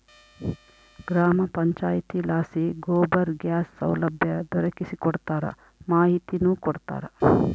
ಗ್ರಾಮ ಪಂಚಾಯಿತಿಲಾಸಿ ಗೋಬರ್ ಗ್ಯಾಸ್ ಸೌಲಭ್ಯ ದೊರಕಿಸಿಕೊಡ್ತಾರ ಮಾಹಿತಿನೂ ಕೊಡ್ತಾರ